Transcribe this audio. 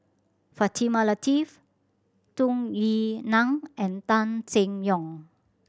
Fatimah Lateef Tung Yue Nang and Tan Seng Yong